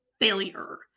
failure